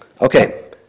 Okay